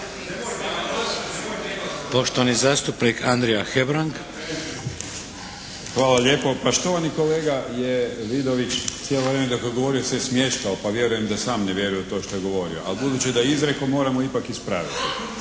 **Hebrang, Andrija (HDZ)** Hvala lijepo. Pa štovani kolega je Vidović cijelo vrijeme dok je govorio se smješkao, pa vjerujem da sam ne vjeruje u to što je govorio, ali budući da je izrekao moramo ipak ispraviti,